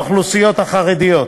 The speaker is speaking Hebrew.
האוכלוסיות החרדיות,